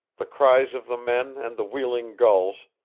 the cries of the men and the wheeling gulls,